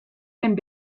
and